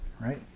right